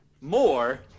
...more